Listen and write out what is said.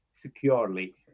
securely